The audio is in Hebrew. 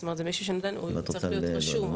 זה מישהו שצריך להיות רשום.